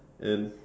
and